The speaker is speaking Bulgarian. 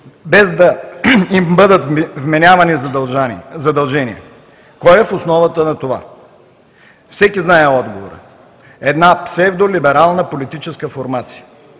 без да им бъдат вменявани задължения. Кой е в основата на това? Всеки знае отговора – псевдолиберална политическа формация,